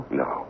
no